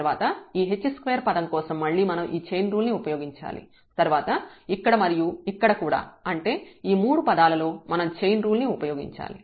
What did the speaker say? తర్వాత ఈ h2 పదం కోసం మనం మళ్ళీ ఈ చైన్ రూల్ ని ఉపయోగించాలి తర్వాత ఇక్కడ మరియు ఇక్కడ కూడా అంటే ఈ మూడు పదాలలో మనం చైన్ రూల్ ని ఉపయోగించాలి